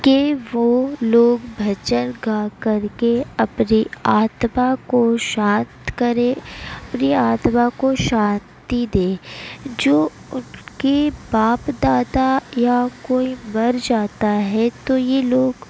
کہ وہ لوگ بھجن گا کر کے اپنی آتما کو شانت کرے اپنی آتما کو شانتی دے جو ان کے باپ دادا یا کوئی مر جاتا ہے تو یہ لوگ